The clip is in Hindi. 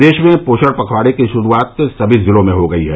प्रदेश में पोषण पखवाड़े की शुरुआत सभी जिलों में हो गई है